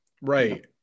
right